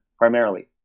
primarily